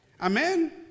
Amen